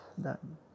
done